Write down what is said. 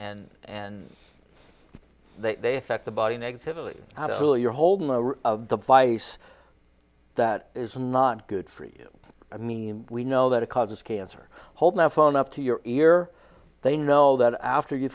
and and they that the body negativity out of who you're holding the device that is not good for you i mean we know that it causes cancer hold the phone up to your ear they know that after you